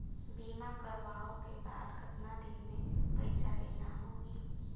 बीमा करवाओ के बाद कतना दिन मे पइसा देना हो ही?